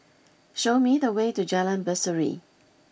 show me the way to Jalan Berseri